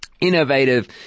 innovative